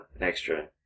extra